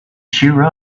cheer